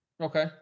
Okay